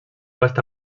està